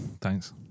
Thanks